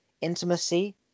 Intimacy